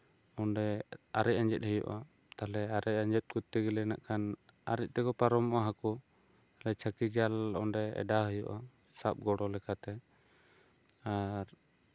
ᱚᱸᱰᱮ ᱟᱨᱮᱡ ᱟᱸᱡᱮᱛ ᱦᱩᱭᱩᱜᱼᱟ ᱛᱟᱦᱚᱞᱮ ᱟᱨᱮᱪ ᱟᱸᱡᱮᱛ ᱠᱚᱨᱛᱮ ᱜᱮᱞᱮ ᱛᱟᱦᱚᱞᱮ ᱠᱷᱟᱱ ᱟᱨᱮᱡ ᱛᱮᱠᱚ ᱯᱟᱨᱚᱢᱚᱜᱼᱟ ᱦᱟᱹᱠᱩ ᱪᱷᱟᱹᱠᱤ ᱡᱟᱞ ᱚᱸᱰᱮ ᱚᱰᱟᱣ ᱦᱩᱭᱩᱜᱼᱟ ᱥᱟᱵ ᱜᱚᱲᱚ ᱞᱮᱠᱟᱛᱮ ᱟᱨ